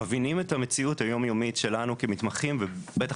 מבינים את המציאות היומיומית שלנו כמתמחים ובטח